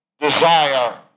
desire